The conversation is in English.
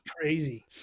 crazy